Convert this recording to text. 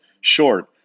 short